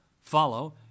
follow